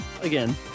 Again